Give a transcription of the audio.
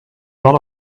lot